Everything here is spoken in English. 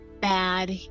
bad